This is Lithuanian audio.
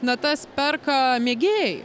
natas perka mėgėjai